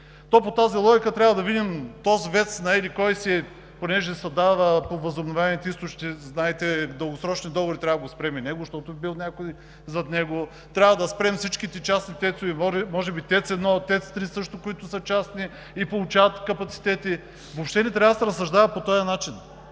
То по тази логика трябва да видим този ВЕЦ на еди-кой си, понеже се дава от възобновяемите източници, знаете, дългосрочен договор, трябва да го спрем и него, защото бил някой зад него. Трябва да спрем всичките частни ТЕЦ-ове, може би ТЕЦ 1, ТЕЦ 3 също, които са частни и получават капацитети? Въобще не трябва да се разсъждава по този начин.